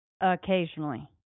Occasionally